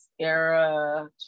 era